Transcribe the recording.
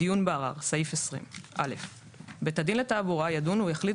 דיון בערר 20.(א)בית דין לתעבורה ידון ויחליט